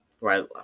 right